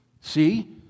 See